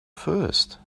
first